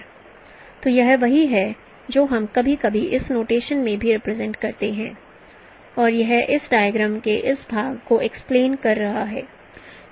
तो यह वही है जो हम कभी कभी इस नोटेशन में भी रिप्रेजेंट करते हैं और यह इस डायग्राम के इस भाग को एक्सप्लेन कर रहा है